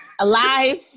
alive